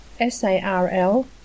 SARL